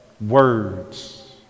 Words